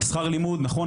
שכר לימוד- נכון,